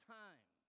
time